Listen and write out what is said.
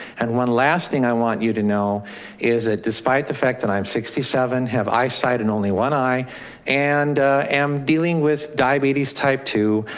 and one last thing i want you to know is that despite the fact that i'm sixty seven have eyesight and only one eye and i'm dealing with diabetes, type two,